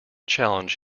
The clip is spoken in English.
challenge